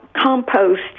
compost